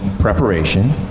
preparation